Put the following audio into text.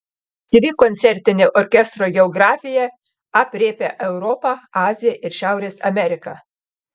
aktyvi koncertinė orkestro geografija aprėpia europą aziją ir šiaurės ameriką